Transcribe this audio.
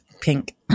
pink